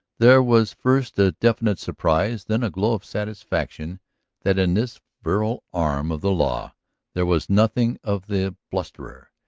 there was first a definite surprise, then a glow of satisfaction that in this virile arm of the law there was nothing of the blusterer.